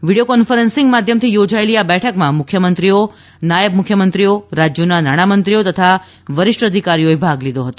video conferencing માધ્યમથી યોજાયેલી આ બેઠકમાં મુખ્યમંત્રીઓ નાયબ મુખ્યમંત્રીઓ રાજ્યોના નાણામંત્રીઓ તથા વરિષ્ઠ અધિકારીઓ ભાગ લીધો હતો